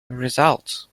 results